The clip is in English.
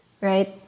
right